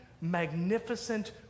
magnificent